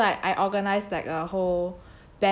ya so like I organised like a whole